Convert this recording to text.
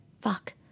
fuck